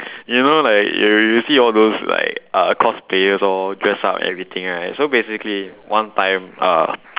you know like you you see all those like uh cosplayers all dress up and everything right so basically one time uh